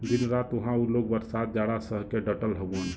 दिन रात उहां उ लोग बरसात जाड़ा सह के डटल हउवन